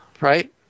right